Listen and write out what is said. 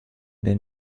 den